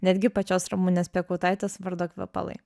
netgi pačios ramunės piekautaitės vardo kvepalai